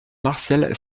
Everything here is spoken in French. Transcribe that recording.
martial